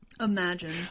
Imagine